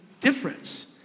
difference